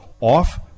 off